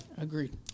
Agreed